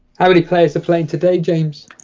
ah any place to play today james